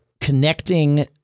connecting